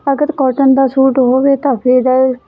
ਅਗਰ ਕੋਟਨ ਦਾ ਸੂਟ ਹੋਵੇ ਤਾਂ ਫਿਰ